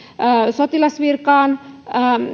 sotilasvirkaan